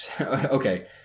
Okay